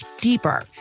deeper